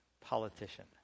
politician